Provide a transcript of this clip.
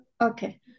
okay